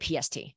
PST